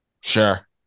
Sure